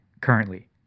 currently